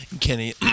Kenny